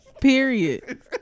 period